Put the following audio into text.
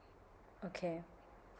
okay